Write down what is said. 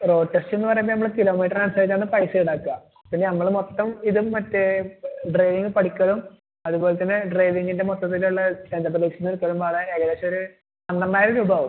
road test എന്ന് പറയുന്നത് നമ്മള് കിലോമീറ്ററിനനുസരിച്ചാണ് പൈസ ഈടാക്കുക പിന്നെ നമ്മള് മൊത്തം ഇതും മറ്റേ ഡ്രൈവിങ്ങ് പഠിക്കലും അതുപോലെ തന്നെ ഡ്രൈവിങ്ങിന്റെ മൊത്തത്തിൽ ഉള്ള എനെബലേഷന് പതിനാലായിരം ഏകദേശം ഒരു പന്ത്രണ്ടായിരം രൂപയാകും